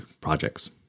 projects